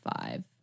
five